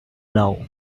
love